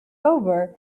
over